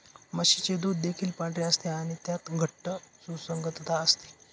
म्हशीचे दूध देखील पांढरे असते आणि त्यात घट्ट सुसंगतता असते